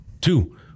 Two